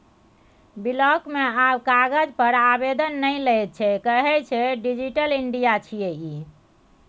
block मे आब कागज पर आवेदन नहि लैत छै कहय छै डिजिटल इंडिया छियै ई